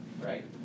Right